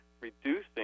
reducing